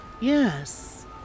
Yes